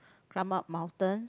climb up mountains